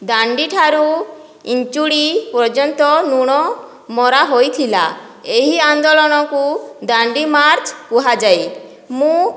ଦାଣ୍ଡି ଠାରୁ ଇଞ୍ଚୁଡ଼ି ପର୍ଯ୍ୟନ୍ତ ଲୁଣ ମରା ହୋଇଥିଲା ଏହି ଆନ୍ଦୋଳନକୁ ଦାଣ୍ଡି ମାର୍ଚ୍ଚ କୁହାଯାଏ ମୁଁ